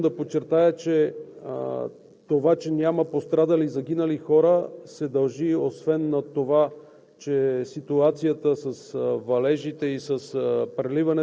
на такива стихии. Отново искам да подчертая, че това, че няма пострадали и загинали хора, се дължи освен на това,